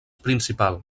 principal